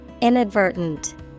Inadvertent